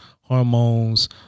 hormones